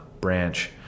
branch